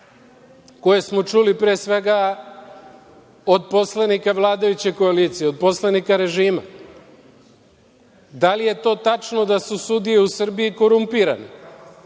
koje smo čuli pre svega od poslanika vladajuće koalicije, od poslanika režima? Da li je to tačno da su sudije u Srbiji korumpirane?